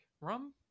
rum